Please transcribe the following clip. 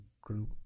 group